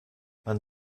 man